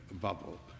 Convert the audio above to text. bubble